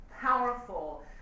powerful